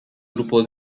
grupo